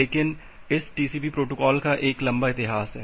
लेकिन इस TCP protocol का एक लंबा इतिहास है